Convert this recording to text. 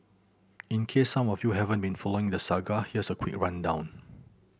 in case some of you haven't been following the saga here's a quick rundown